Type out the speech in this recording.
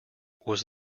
was